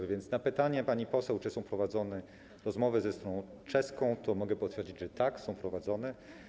Tak więc na pytanie pani poseł, czy są prowadzone rozmowy ze stroną czeską, mogę odpowiedzieć: tak, są prowadzone.